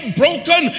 broken